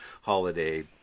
holiday